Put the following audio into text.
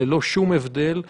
יש פה הזדמנות מצוינת להגדיל בצורה